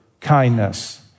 kindness